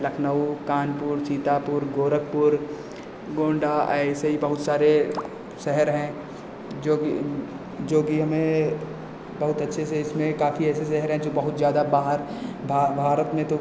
लखनऊ कानपुर सीतापुर गोरखपुर गोंडा ऐसे ही बहुत सारे शहर हैं जो कि जो कि हमें बहुत अच्छे से इसमें काफ़ी ऐसे शहर हैं जो बहुत ज़्यादा बाहर भा भारत में तो